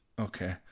Okay